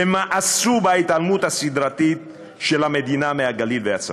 שמאסו בהתעלמות הסדרתית של המדינה מהגליל והצפון.